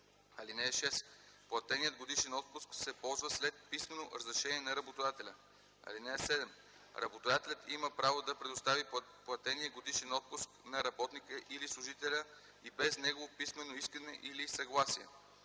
(6) Платеният годишен отпуск се ползва след писмено разрешение на работодателя. (7) Работодателят има право да предостави платения годишен отпуск на работника или служителя и без негово писмено искане или съгласие: